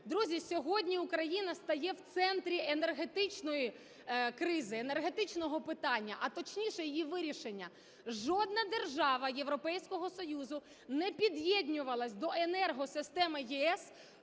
Друзі, сьогодні Україна стає в центрі енергетичної кризи, енергетичного питання, а точніше, його вирішення. Жодна держава Європейського Союзу не під'єднувалася до енергосистеми ЄС